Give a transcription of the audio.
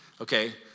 okay